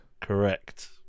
Correct